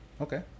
Okay